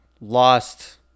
lost